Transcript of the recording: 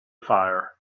fire